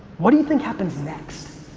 what do you think happens next?